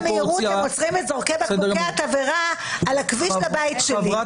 מהירות הם עוצרים את זורקי בקבוקי התבערה על הכביש לבית שלי,